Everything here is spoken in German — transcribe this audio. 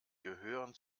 gehören